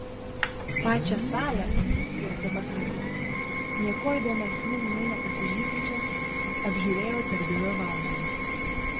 pačią salą tiesą pasakius niekuo įdomesniu nūnai nepasižyminčią apžiūrėjau per dvi valandas